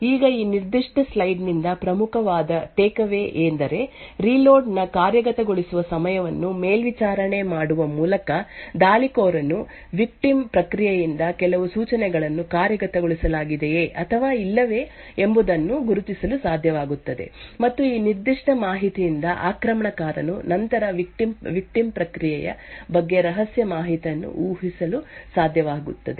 ಈಗ ಈ ನಿರ್ದಿಷ್ಟ ಸ್ಲೈಡ್ ನಿಂದ ಪ್ರಮುಖವಾದ ಟೇಕ್ಅವೇ ಎಂದರೆ ರೀಲೋಡ್ ನ ಕಾರ್ಯಗತಗೊಳಿಸುವ ಸಮಯವನ್ನು ಮೇಲ್ವಿಚಾರಣೆ ಮಾಡುವ ಮೂಲಕ ದಾಳಿಕೋರನು ವಿಕ್ಟಿಮ್ ಪ್ರಕ್ರಿಯೆಯಿಂದ ಕೆಲವು ಸೂಚನೆಗಳನ್ನು ಕಾರ್ಯಗತಗೊಳಿಸಲಾಗಿದೆಯೇ ಅಥವಾ ಇಲ್ಲವೇ ಎಂಬುದನ್ನು ಗುರುತಿಸಲು ಸಾಧ್ಯವಾಗುತ್ತದೆ ಮತ್ತು ಈ ನಿರ್ದಿಷ್ಟ ಮಾಹಿತಿಯಿಂದ ಆಕ್ರಮಣಕಾರನು ನಂತರ ವಿಕ್ಟಿಮ್ ಪ್ರಕ್ರಿಯೆಯ ಬಗ್ಗೆ ರಹಸ್ಯ ಮಾಹಿತಿಯನ್ನು ಊಹಿಸಲು ಸಾಧ್ಯವಾಗುತ್ತದೆ